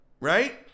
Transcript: Right